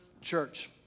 church